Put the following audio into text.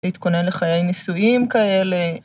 ‫להתכונן לחיי נישואים כאלה.